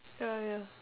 oh ya